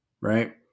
Right